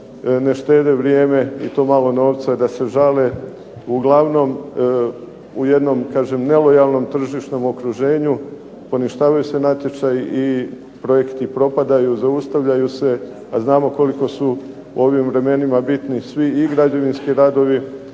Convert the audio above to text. ne štede vrijeme i to malo novca da se žale. Uglavnom u jednom nelojalnom tržišnom okruženju poništavaju se natječaji i projekti propadaju, zaustavljaju se, a znamo koliko su u ovim vremenima bitni i svi građevinski radovi,